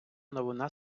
новина